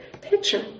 picture